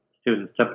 students